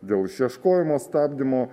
dėl išieškojimo stabdymo